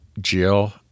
Jill